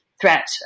threat